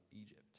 Egypt